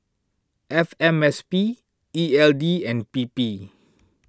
F M S P E L D and P P